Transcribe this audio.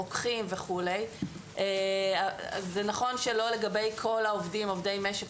רוקחים וכו'; זה נכון שלא לגבי כל העובדים עובדי משק,